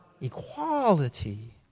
Equality